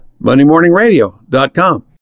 MondayMorningRadio.com